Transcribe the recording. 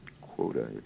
quota